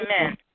Amen